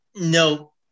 no